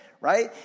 right